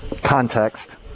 Context